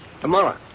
tomorrow